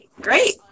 great